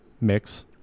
mix